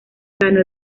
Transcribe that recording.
ganó